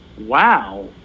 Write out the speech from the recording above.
Wow